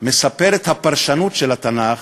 הפרשנות של התנ"ך